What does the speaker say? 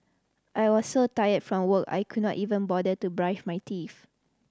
I was so tired from work I could not even bother to brush my teeth